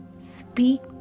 speak